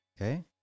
Okay